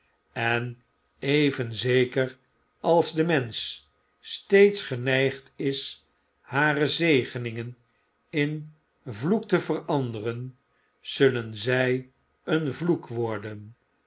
en even zeker als de mensch steeds geneigd is hare zegeningen in vloek te veranderen zullen zij een vloek worden